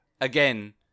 Again